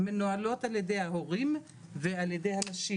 הן מנוהלות על ידי ההורים ועל ידי הנשים,